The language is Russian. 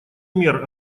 мер